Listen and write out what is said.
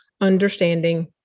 understanding